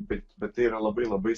bet bet tai yra labai labai